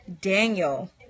Daniel